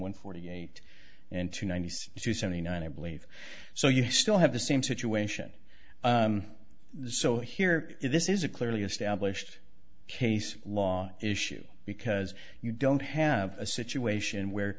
one forty eight and two nine hundred seventy nine i believe so you still have the same situation so here this is a clearly established case law issue because you don't have a situation where